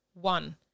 one